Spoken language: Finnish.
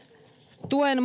tuen